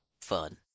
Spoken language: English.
fun